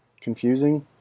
confusing